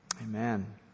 Amen